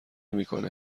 میکنه